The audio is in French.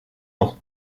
ans